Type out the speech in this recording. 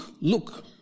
look